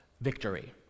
victory